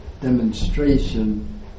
demonstration